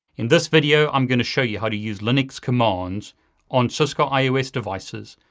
in this video, i'm gonna show you how to use linux commands on cisco ios devices,